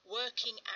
working